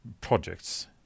projects